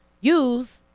use